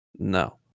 No